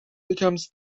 becomes